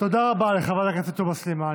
תודה רבה לחברת הכנסת תומא סלימאן.